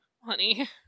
Honey